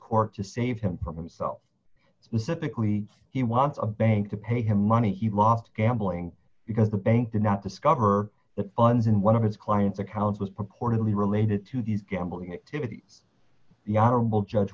court to save him from himself the sceptically he wants a bank to pay him money he lost gambling because the bank did not discover that funds in one of his clients accounts was purportedly related to these gambling activities the honorable judge